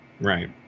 Right